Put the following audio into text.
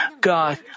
God